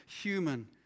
human